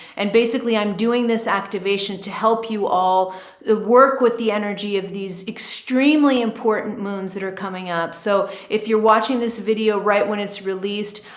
and basically i'm doing this activation to help you all the work with the energy of these extremely important moons that are coming up. so if you're watching this video right, when it's released,